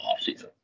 offseason